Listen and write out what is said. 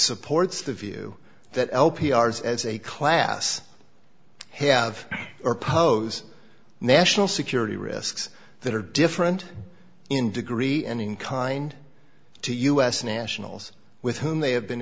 supports the view that l p r's as a class have or pose national security risks that are different in degree and in kind to us nationals with whom they have been